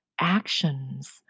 actions